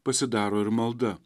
pasidaro ir malda